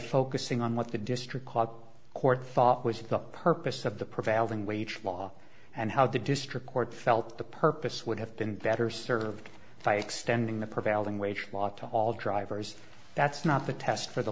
focusing on what the district court thought was the purpose of the prevailing wage law and how the district court felt the purpose would have been better served by extending the prevailing wage law to all drivers that's not the test for the